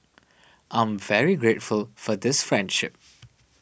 I'm very grateful for this friendship